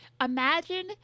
imagine